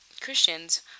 christians